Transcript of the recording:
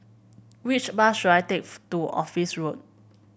which bus should I take to Office Road